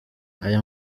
aya